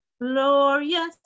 glorious